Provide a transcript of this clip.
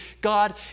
God